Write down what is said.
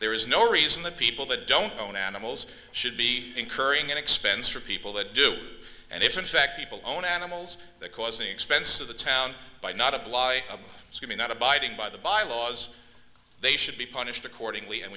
there is no reason that people that don't own animals should be incurring an expense for people that do and if in fact people own animals that causing expense of the town by not apply to me not abiding by the bylaws they should be punished accordingly and